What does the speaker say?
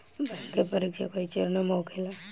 bank के परीक्षा कई चरणों में होखेला